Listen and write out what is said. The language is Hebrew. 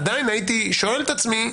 עדיין הייתי שואל את עצמי: